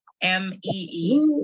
M-E-E